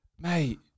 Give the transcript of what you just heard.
mate